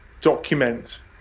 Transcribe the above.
document